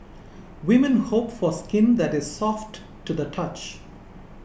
women hope for skin that is soft to the touch